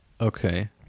Okay